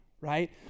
right